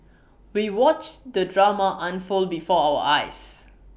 we watched the drama unfold before our eyes